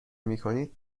میکنید